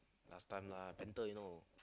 last time lah panter you know